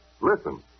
Listen